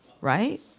right